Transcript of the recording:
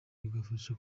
bigafasha